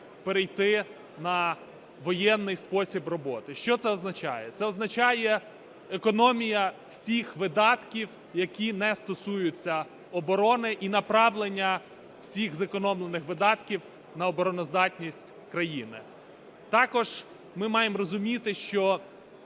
перейти на воєнний спосіб роботи. Що це означає? Це означає економія всіх видатків, які не стосуються оборони, і направлення всіх зекономлених видатків на обороноздатність країни. Також ми маємо розуміти, що